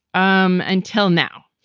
um until now.